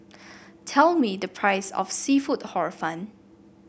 tell me the price of seafood Hor Fun